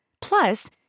Plus